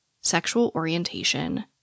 sexual-orientation